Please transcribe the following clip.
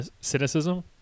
cynicism